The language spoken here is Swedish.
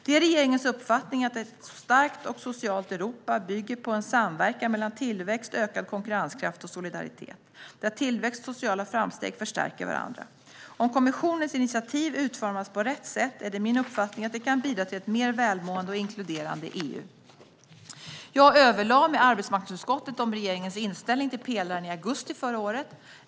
Det är regeringens uppfattning att ett starkt och socialt Europa bygger på en samverkan mellan tillväxt, ökad konkurrenskraft och solidaritet, där tillväxt och sociala framsteg förstärker varandra. Om kommissionens initiativ utformas på rätt sätt är det min uppfattning att det kan bidra till ett mer välmående och inkluderande EU. Jag överlade med arbetsmarknadsutskottet om regeringens inställning till pelaren i augusti förra året.